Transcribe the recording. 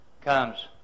comes